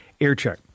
aircheck